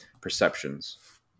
perceptions